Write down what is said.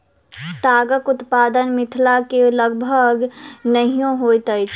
तागक उत्पादन मिथिला मे लगभग नहिये होइत अछि